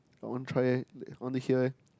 I want try eh I want to hear eh